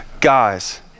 guys